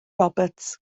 roberts